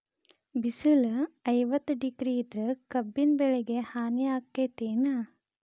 ಬಿಸಿಲ ಐವತ್ತ ಡಿಗ್ರಿ ಇದ್ರ ಕಬ್ಬಿನ ಬೆಳಿಗೆ ಹಾನಿ ಆಕೆತ್ತಿ ಏನ್?